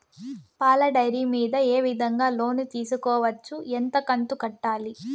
పాల డైరీ మీద ఏ విధంగా లోను తీసుకోవచ్చు? ఎంత కంతు కట్టాలి?